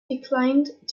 declined